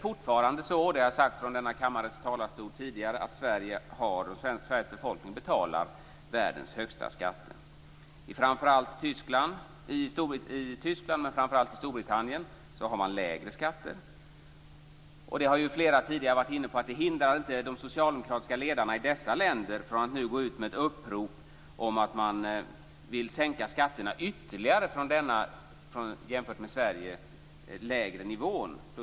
Fortfarande betalar Sveriges befolkning världens högsta skatter. I Tyskland men framför allt Storbritannien har man lägre skatter. Det hindrar inte de socialdemokratiska ledarna i dessa länder från att nu gå ut med ett upprop om att man vill sänka skatterna ytterligare. Man utgår då från en nivå som är lägre än den i Sverige.